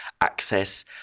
access